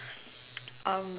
um